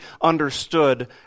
understood